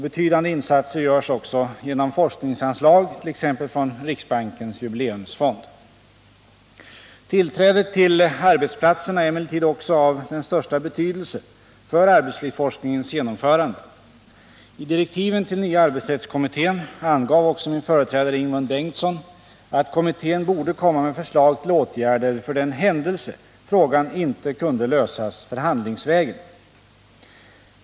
Betydande insatser görs också genom forskningsanslag, t.ex. från Riksbankens jubileumsfond. Tillträdet till arbetsplatserna är emellertid också av den största betydelse för arbetslivsforskningens genomförande. I direktiven till nya arbetsrättskommittén angav också min företrädare Ingemund Bengtsson att kommittén borde komma med förslag till åtgärder, för den händelse frågan inte kunde lösas förhandlingsvägen.